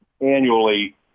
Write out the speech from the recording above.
annually